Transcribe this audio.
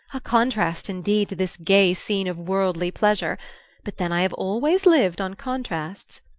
a contrast indeed to this gay scene of worldly pleasure but then i have always lived on contrasts!